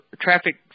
traffic